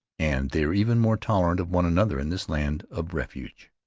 and they are even more tolerant of one another in this land of refuge.